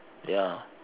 ya